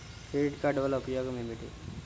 Credit card వల్ల ఉపయోగం ఏమిటీ?